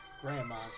Grandma's